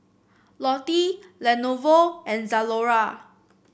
Lotte Lenovo and Zalora